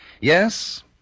Yes